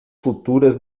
futuras